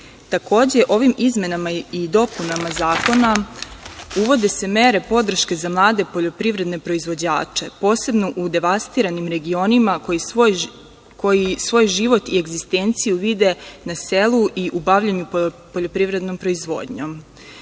Takođe, ovim izmenama i dopunama zakona uvode se mere podrške za mlade poljoprivredne proizvođače, posebno u devastiranim regionima, koji svoj život i egzistenciju vide na selu i u bavljenju poljoprivrednom proizvodnjom. Kroz